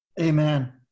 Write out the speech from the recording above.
Amen